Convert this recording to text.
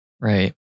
Right